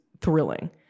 thrilling